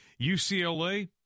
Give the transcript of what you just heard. UCLA